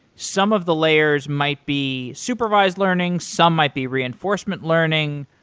some of the layers might be supervised learning, some might be reinforcement learning,